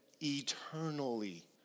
eternally